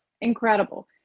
Incredible